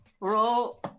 Roll